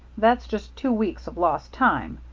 that's just two weeks of lost time.